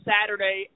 Saturday